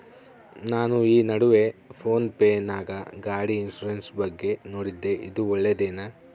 ನಾನು ಈ ನಡುವೆ ಫೋನ್ ಪೇ ನಾಗ ಗಾಡಿ ಇನ್ಸುರೆನ್ಸ್ ಬಗ್ಗೆ ನೋಡಿದ್ದೇ ಇದು ಒಳ್ಳೇದೇನಾ?